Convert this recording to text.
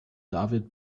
david